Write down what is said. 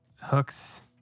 hooks